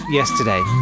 yesterday